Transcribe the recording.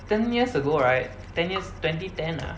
ten years ago right ten years twenty ten ah